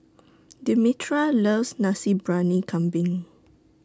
Demetria loves Nasi Briyani Kambing